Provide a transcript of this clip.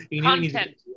Content